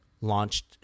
launched